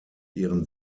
ihren